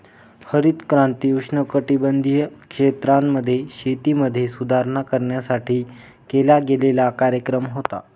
हरित क्रांती उष्णकटिबंधीय क्षेत्रांमध्ये, शेतीमध्ये सुधारणा करण्यासाठी केला गेलेला कार्यक्रम होता